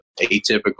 atypical